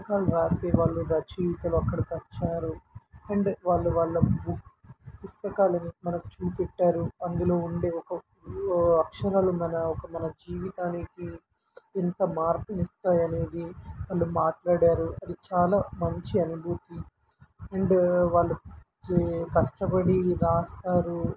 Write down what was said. పుస్తకాలు రాసే వాళ్ళు రచయితలు అక్కడికి వచ్చారు అండ్ వాళ్ళు వాళ్ళ బుక్ పుస్తకాలను మనం చూపెట్టారు అందులో ఉండే ఒక అక్షరాలు మన ఒక మన జీవితానికి ఎంత మార్పునిస్తాయినేది వాళ్ళు మాట్లాడారు అది చాలా మంచి అనుభూతి అండ్ వాళ్ళు చే కష్టపడి రాస్తారు